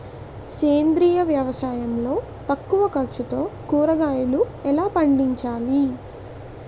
సేంద్రీయ వ్యవసాయం లో తక్కువ ఖర్చుతో కూరగాయలు ఎలా పండించాలి?